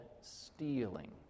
stealing